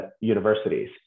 universities